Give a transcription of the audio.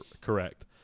correct